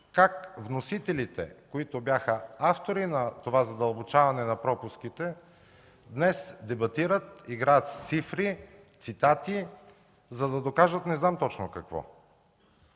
как вносителите, които бяха автори на това задълбочаване на пропуските, днес дебатират, играят с цифри, цитати, за да докажат не знам точно какво.